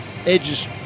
Edges